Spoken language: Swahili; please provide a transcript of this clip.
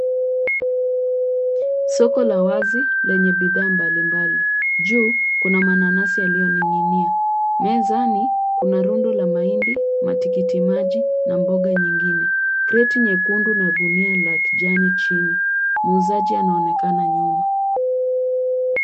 Soko la wazi lenye bidhaa mbalimbali, juu kuna mananasi yaliyoning'inia. Mezani kuna rundo la mahindi matikiti maji na mboga nyingine, kreti nyekundu na gunia la kijani chini. Muuzaji anaonekana nyuma.